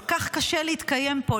כל כך קשה להתקיים פה,